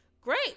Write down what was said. great